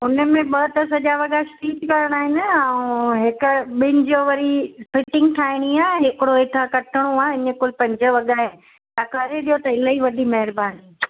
हुन में ॿ त सॼा वॾा स्टिच करिणा आहिनि ऐं हिक ॿिनि जो वरी फिटिंग ठाहिणी आहे हिकिड़ो हेठां कटिणो आहे इहा कुल पंज वॻा आहे तव्हां करे ॾियो त इलाही वॾी महिरबानी